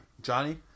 Johnny